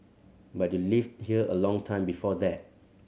but you lived here a long time before that